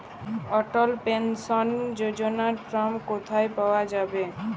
অটল pension যোজনার form কোথায় পাওয়া যাবে?